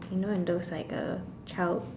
you know in those like uh child